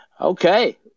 Okay